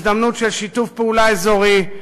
הזדמנות של שיתוף פעולה אזורי,